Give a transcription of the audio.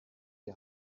die